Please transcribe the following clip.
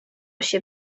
się